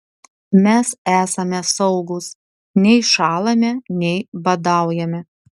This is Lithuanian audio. mes esame saugūs nei šąlame nei badaujame